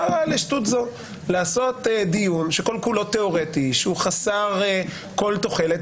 מה לי לשטות זו לעשות דיון שכל כולו תיאורטי שהוא חסר כל תוחלת,